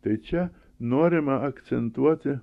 tai čia norima akcentuoti